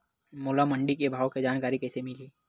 मोला मंडी के भाव के जानकारी कइसे मिलही?